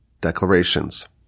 declarations